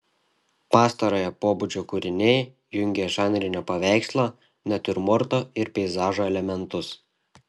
pastarojo pobūdžio kūriniai jungė žanrinio paveikslo natiurmorto ir peizažo elementus